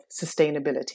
sustainability